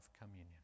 communion